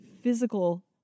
physical